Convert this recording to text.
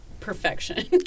Perfection